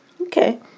Okay